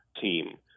team